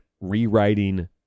rewriting